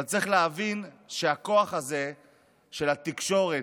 אבל צריך להבין שהכוח הזה של התקשורת,